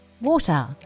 water